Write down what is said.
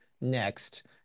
next